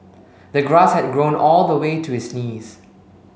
the grass had grown all the way to his knees